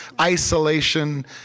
isolation